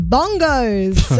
Bongos